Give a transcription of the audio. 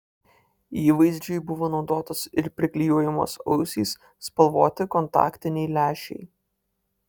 įvaizdžiui buvo naudotos ir priklijuojamos ausys spalvoti kontaktiniai lęšiai